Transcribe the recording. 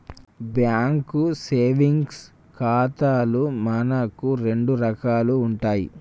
bank savings ఖాతాలు మనకు రెండు రకాలు ఉంటాయి